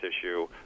issue